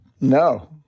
No